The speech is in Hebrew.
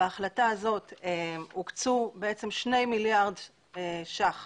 בהחלטה הזאת הוקצו 2 מיליארד שקל